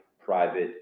private